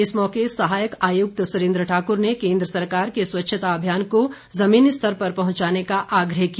इस मौके पर सहायक आयुक्त सुरेन्द्र ठाकुर ने केन्द्र सरकार के स्वच्छता अभियान को जमीनी स्तर तक पहुंचाने का आग्रह किया